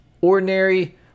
ordinary